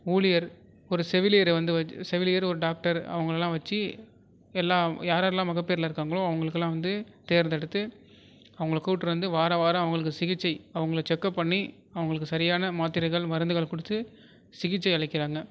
ஊழியர் ஒரு செவிலியரை வந்து செவிலியர் ஒரு டாக்டர் அவங்களலாம் வச்சு எல்லாம் யாரெல்லாம் மகப்பேறில் இருக்காங்களோ அவங்களுக்குலாம் வந்து தேர்ந்தெடுத்து அவங்கள கூப்ட்ரு வந்து வாரம் வாரம் அவங்களுக்கு சிகிச்சை அவங்கள செக்கப் பண்ணி அவங்களுக்கு சரியான மாத்திரைகள் மருந்துகள் கொடுத்து சிகிச்சை அளிக்கிறாங்க